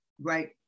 Right